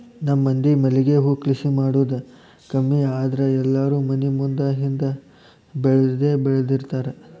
ನಮ್ಮ ಮಂದಿ ಮಲ್ಲಿಗೆ ಹೂ ಕೃಷಿ ಮಾಡುದ ಕಮ್ಮಿ ಆದ್ರ ಎಲ್ಲಾರೂ ಮನಿ ಮುಂದ ಹಿಂದ ಬೆಳ್ದಬೆಳ್ದಿರ್ತಾರ